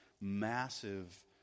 massive